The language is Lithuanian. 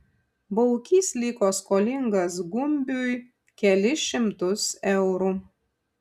baukys liko skolingas gumbiui kelis šimtus eurų